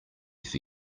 for